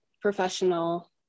professional